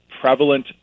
prevalent